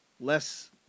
less